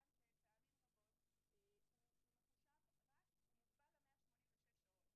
גם כן פעמים רבות הוא מוגבל ל-186 שעות.